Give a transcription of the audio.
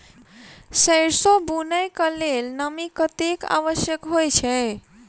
सैरसो बुनय कऽ लेल नमी कतेक आवश्यक होइ छै?